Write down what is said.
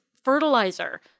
fertilizer